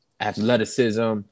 athleticism